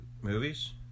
Movies